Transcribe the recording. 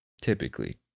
typically